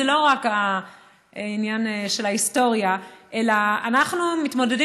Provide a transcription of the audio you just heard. זה לא רק העניין של ההיסטוריה אלא אנחנו מתמודדים